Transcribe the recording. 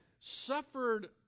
suffered